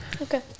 Okay